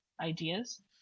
ideas